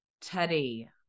Teddy